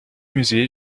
musée